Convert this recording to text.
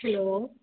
hello